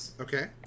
okay